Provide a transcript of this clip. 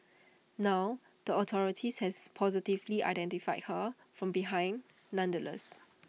now the authorities has positively identified her from behind nonetheless